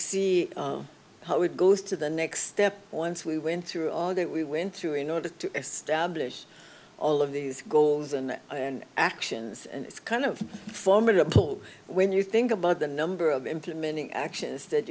see how it goes to the next step once we went through all that we went through in order to establish all of these goals and and actions and it's kind of formidable when you think about the number of implementing actions that